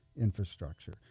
infrastructure